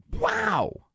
Wow